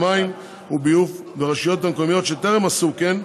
מים וביוב ברשויות המקומיות שטרם עשו כן,